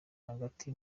hagati